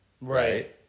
right